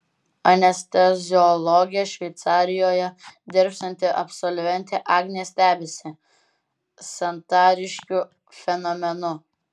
anesteziologe šveicarijoje dirbsianti absolventė agnė stebisi santariškių fenomenu